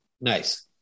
Nice